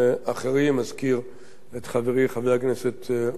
אזכיר את חברי חבר הכנסת אורי אריאל,